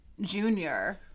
junior